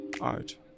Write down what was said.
art